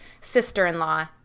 sister-in-law